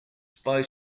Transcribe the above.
spy